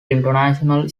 international